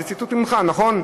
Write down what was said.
זה ציטוט ממך, נכון?